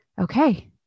okay